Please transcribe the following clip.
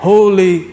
Holy